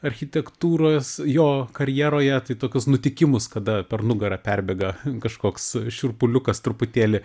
architektūros jo karjeroje tai tokius nutikimus kada per nugarą perbėga kažkoks šiurpuliukas truputėlį